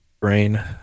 brain